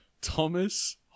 Thomas